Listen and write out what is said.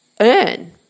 earn